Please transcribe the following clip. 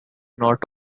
not